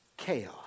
chaos